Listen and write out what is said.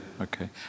okay